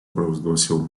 провозгласил